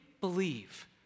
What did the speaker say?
believe